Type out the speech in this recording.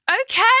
okay